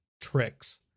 tricks